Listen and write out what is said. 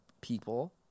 people